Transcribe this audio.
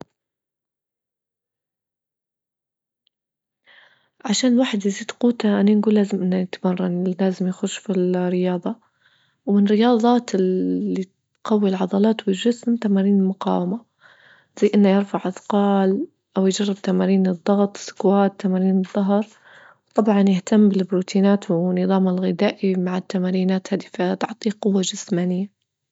عشان الواحد يزيد قوته آنى نجول لازم أنه يتمرن لازم يخش في الرياضة ومن الرياضات اللي تقوي العضلات والجسم تمارين المقاومة زي أنه يرفع أثقال أو يجرب تمارين الضغط سكوات تمارين الظهر وطبعا يهتم بالبروتينات ونظامه الغذائي مع التمرينات هذى فتعطي قوة جسمانية.